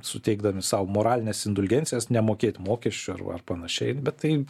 suteikdami sau moralines indulgencijas nemokėt mokesčių ar ar panašiai bet tai